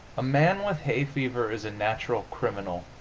a man with hay fever is a natural criminal.